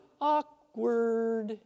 awkward